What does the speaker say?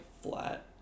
flat